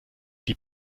die